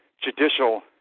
judicial